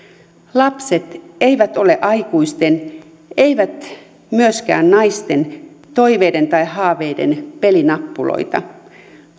lapset eivät ole aikuisten eivät myöskään naisten toiveiden tai haaveiden pelinappuloita